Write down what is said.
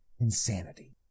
insanity